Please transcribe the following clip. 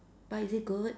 but is it good